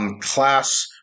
class